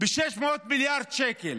ב-600 מיליארד שקל,